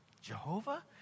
jehovah